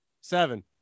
Seven